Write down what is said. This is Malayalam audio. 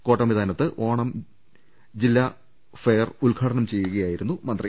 കോട്ടമൈതാനത്ത് ജില്ലാ ഓണം ഫെയർ ഉദ്ഘാടനം ചെയ്യു കയായിരുന്നു മന്ത്രി